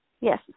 Yes